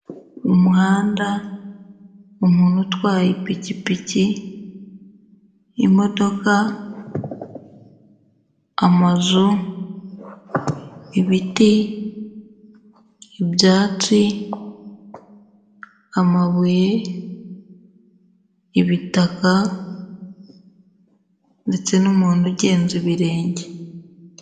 Umuhanda, umuntu utwaye ipikipiki, imodoka, amazu, ibiti, ibyatsi, amabuye, ibitaka ndetse n'umuntu ugenza ibirenge.